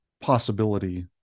possibility